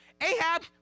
Ahab